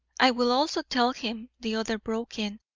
i will also tell him, the other broke in,